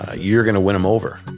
ah you're going to win em over.